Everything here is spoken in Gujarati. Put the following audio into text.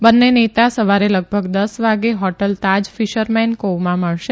બંને નેતા સવારે લગભગ દસ વાગે હોટલ તાજ ફિશરમેન કોવમાં મળશે